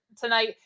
tonight